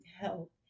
help